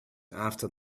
after